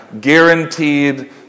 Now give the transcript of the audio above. guaranteed